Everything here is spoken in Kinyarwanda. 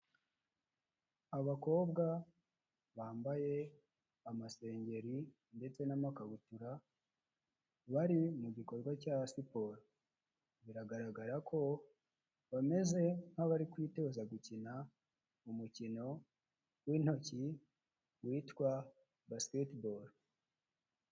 Abakobwa bambaye amasengeri ndetse n'amakabutura bari mu gikorwa cya siporo, biragaragara ko bameze nk'abari kwitoza gukina mu umukino w'intoki witwa basiketiboro.